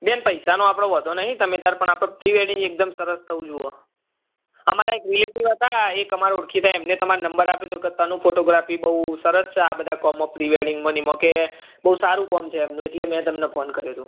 બેન પૈસાનો આપણે વાંધો નથી તમે તાર પણ આપણે પ્રી વેડિંગ એકદમ સરસ થવું જોઇએ અમારા એક રિલેટીવ હતા એક અમારા ઓળખીતા એમણે તમારો નંબર આપ્યો હતો કે તનુ ફોટોગ્રાફી બહુ સરસ છે આ બધા કામમાં પ્રી વેડિંગમાં ને એમાં કે બહુ સારું કામ છે એમનું એટલે મેં તમને ફોન કર્યો હતો